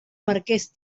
marqués